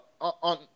On